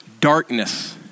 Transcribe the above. darkness